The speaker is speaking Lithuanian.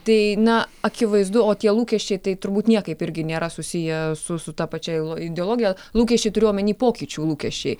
tai na akivaizdu o tie lūkesčiai tai turbūt niekaip irgi nėra susiję su su ta pačia ideologija lūkesčiai turiu omeny pokyčių lūkesčiai